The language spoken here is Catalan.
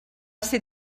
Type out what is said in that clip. ser